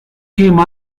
came